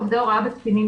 של עובדי הוראה בקטינים,